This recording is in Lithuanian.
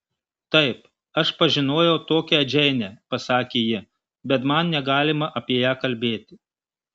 taip aš pažinojau tokią džeinę pasakė ji bet man negalima apie ją kalbėti